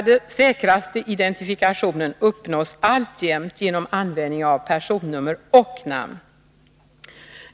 Den säkraste identifikationen uppnås alltjämt genom användning av personnummer och namn.